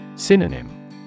Synonym